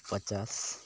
ᱯᱟᱪᱟᱥ